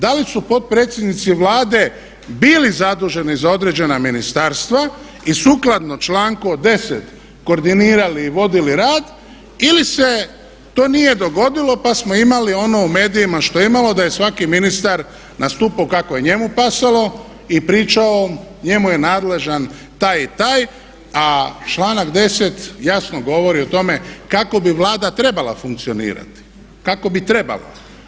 Da li su potpredsjednici Vlade bili zaduženi za određena ministarstva i sukladno članku 10. koordinirali i vodili rad ili se to nije dogodilo pa smo imali ono u medijima što je imalo da je svaki ministar nastupao kako je njemu pasalo i pričao njemu je nadležan taj i taj, a članak 10. jasno govori o tome kako bi Vlada trebala funkcionirati, kako bi trebala.